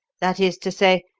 that is to say,